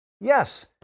Yes